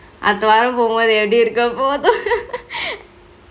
அத்த வாரொ போமொது எப்டி இருக்கப்போதோ:atte vaaro pomothu epdi irukkapotho